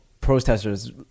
protesters